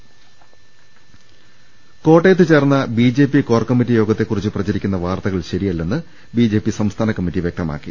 ്്്്് കോട്ടയത്തുചേർന്നു B J P core committee യോഗത്തെകു റിച്ച് പ്രചരിക്കുന്ന വാർത്തകൾ ശരിയല്ലെന്ന് ബി ജെ പി സംസ്ഥാന കമ്മിറ്റി വ്യക്തമാക്കി